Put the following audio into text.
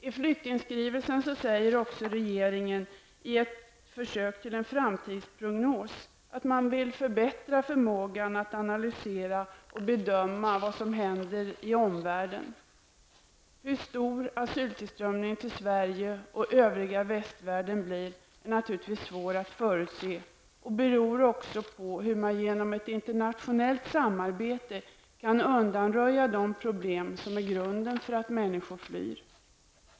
I ett försök till en framtidsprognos säger regeringen i flyktingskrivelsen att man vill förbättra förmågan att analysera och bedöma vad som händer i omvärlden. Storleken på asyltillströmningens till Sverige och övriga västvärlden är naturligtvis svår att förutse. Den beror också på hur man genom ett internationellt samarbete kan undanröja de problem som är grunden för att människor flyr.